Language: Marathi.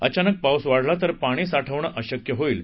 अचानक पाऊस वाढला तर पाणी साठवणं अशक्य होईल